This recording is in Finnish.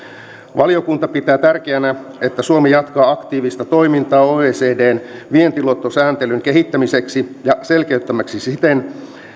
valiokunta pitää tärkeänä että suomi jatkaa aktiivista toimintaa oecdn vientiluottosääntelyn kehittämiseksi ja selkeyttämiseksi siten